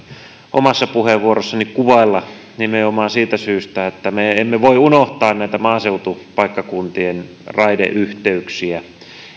omassa puheenvuorossani kuvailla nimenomaan siitä syystä että me emme voi unohtaa näitä maaseutupaikkakuntien raideyhteyksiä